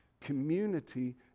Community